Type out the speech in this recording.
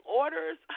orders